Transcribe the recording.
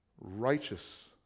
righteous